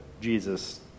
Jesus